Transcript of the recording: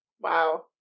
Wow